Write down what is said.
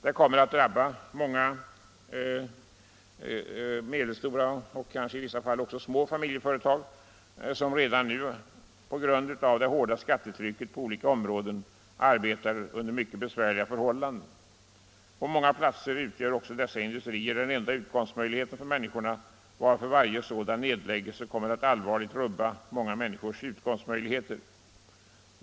Det kommer att drabba många medelstora — och kanske i vissa fall också små — familjeföretag som redan nu på grund av det hårda skattetrycket på olika områden arbetar under mycket besvärliga förhållanden. På många platser utgör också dessa industrier den enda utkomstmöjligheten för människorna, varför varje sådan nedläggelse kommer att allvarligt rubba många människors utkomstmöjligheter.